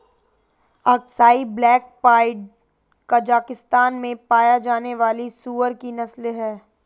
Aksai black pied Kazakhstan में पाया जाने वाली सूअर की नस्ल है